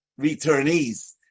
returnees